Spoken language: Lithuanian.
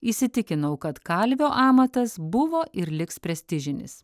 įsitikinau kad kalvio amatas buvo ir liks prestižinis